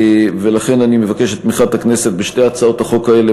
ואני מבקש את תמיכת הכנסת בשתי הצעות החוק האלה